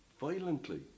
violently